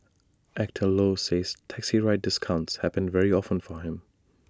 Actor low says taxi ride discounts happen very often for him